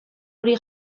hori